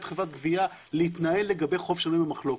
חברת גבייה להתנהל לגבי חוב שנוי במחלוקת.